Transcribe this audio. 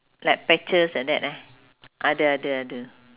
like patches like that eh ada ada ada